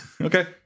okay